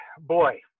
boy